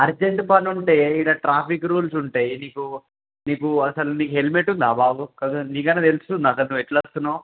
urgent పని ఉంటే ఇక్కడ ట్రాఫిక్ రూల్స్ ఉంటాయి నీకు నీకు అసలు నీకు హెల్మెట్ ఉందా బాబు నీకేమైనా తెలుస్తోందా గట్ల నువ్వు ఎలావస్తున్నావో